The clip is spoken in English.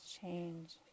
change